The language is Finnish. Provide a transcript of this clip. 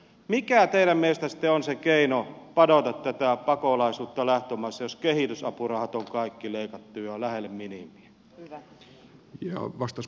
mikä teidän mielestänne sitten on se keino padota tätä pakolaisuutta lähtömaissa jos kehitysapurahat on kaikki leikattu jo lähes minimiin